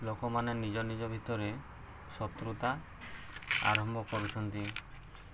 ଲୋକମାନେ ନିଜ ନିଜ ଭିତରେ ଶତ୍ରୁତା ଆରମ୍ଭ କରୁଛନ୍ତି